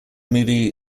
movie